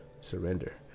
surrender